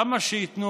כמה שייתנו,